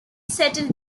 settled